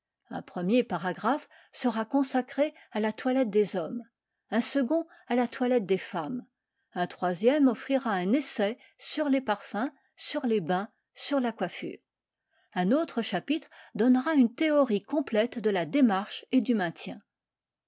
un premier paragraphe sera consacré à la toilette des hommes un second à la toilette des femmes un troisième offrira un essai sur les parfums sur les haiis sur la coiffure un autre chapitre donnera une théorie complète de la démarche et du maintien